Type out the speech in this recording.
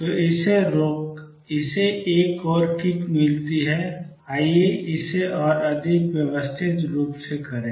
तो इसे एक और किक मिलती है आइए इसे और अधिक व्यवस्थित रूप से करें